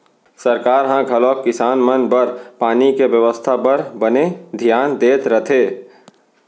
सरकार ह घलौक किसान मन बर पानी के बेवस्था बर बने धियान देत रथे